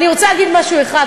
אני רוצה להגיד משהו אחד,